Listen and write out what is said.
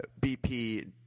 BP